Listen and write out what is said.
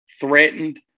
threatened